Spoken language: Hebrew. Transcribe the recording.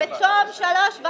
בתום שלוש שנים